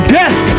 death